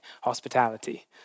hospitality